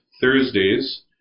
Thursdays